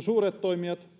suuret toimijat